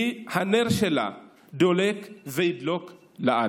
הנר שלה דולק וידלוק לעד.